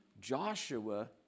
Joshua